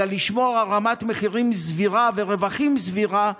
אלא לשמור על רמת מחירים ורווחים סבירים.